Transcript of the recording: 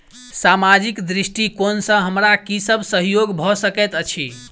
सामाजिक दृष्टिकोण सँ हमरा की सब सहयोग भऽ सकैत अछि?